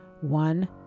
One